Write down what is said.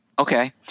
Okay